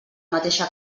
mateixa